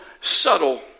subtle